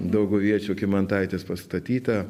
dauguviečio kymantaitės pastatyta